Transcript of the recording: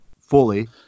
fully